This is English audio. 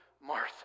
Martha